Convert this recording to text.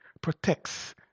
protects